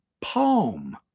palm